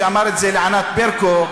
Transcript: שאמר את זה לענת ברקו,